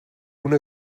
una